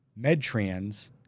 Medtrans